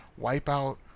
Wipeout